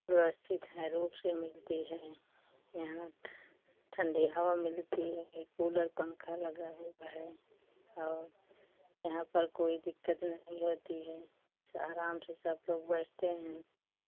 व्यवस्थित है हर रूप से मिलती हैं यहाँ ठण्डी हवा मिलती है कूलर पंखा लगा हुआ है और यहाँ पर कोई दिक्कत नहीं होती है आराम से सब लोग बैठते हैं